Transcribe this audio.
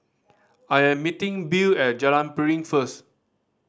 I am meeting Bill at Jalan Piring first